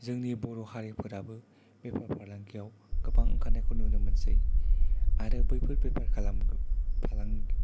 जोंनि बर' हारिफोराबो बेफार फालांगियाव गोबां ओंखारनायखौ नुनो मोनसै आरो बैफोर बेफार फालांगि